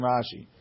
Rashi